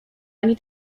ani